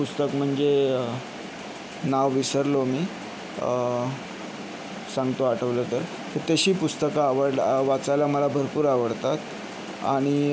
पुस्तक म्हणजे नाव विसरलो मी सांगतो आठवलं तर तशी पुस्तकं आवड वाचायला मला भरपूर आवडतात आणि